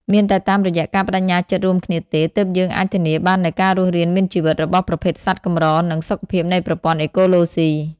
មានតែតាមរយៈការប្ដេជ្ញាចិត្តរួមគ្នាទេ ទើបយើងអាចធានាបាននូវការរស់រានមានជីវិតរបស់ប្រភេទសត្វកម្រ និងសុខភាពនៃប្រព័ន្ធអេកូឡូស៊ី។